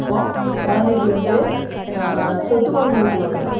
அப்புறோம் குழந்தைக்கி வந்து சொட்டு மருந்து ஊற்றுவாங்க